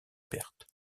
perte